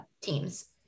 teams